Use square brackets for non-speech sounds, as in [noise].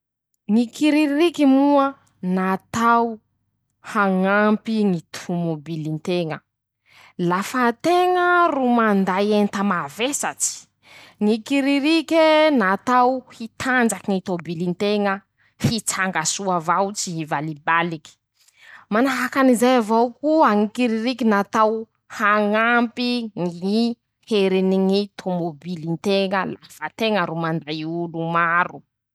Ñy kiririky moa natao hañampy ñy tomabilin-teña ;lafa teña ro manday enta mavesatsy. ñy kiririke e natao hitanjaky ñy tobilin-teña [shushes] hitsanga soa avao. tsy hivalibaliky. manahaky anizay avao koa. ñy kiririky natao hañampy ñn ñy heriny ñy tomobilin-teña lafa teña ro manday olo maro.